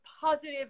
positive